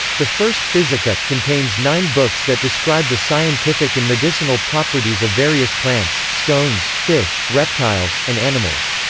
the first, physica, contains nine books that describe the scientific and medicinal properties of various plants, stones, fish, reptiles, and animals.